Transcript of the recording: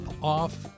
off